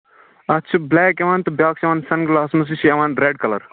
اَتھ چھُ بُلیک یِوان تہٕ بیٛاکھ چھُ یِوان سَن گٕلاسَس منٛز سُہ چھُ یِوان ریٚڈ کَلَر